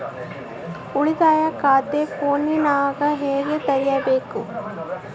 ಉಳಿತಾಯ ಖಾತೆ ಫೋನಿನಾಗ ಹೆಂಗ ತೆರಿಬೇಕು?